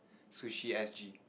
sushi S_G